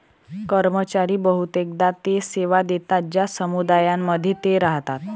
कर्मचारी बहुतेकदा ते सेवा देतात ज्या समुदायांमध्ये ते राहतात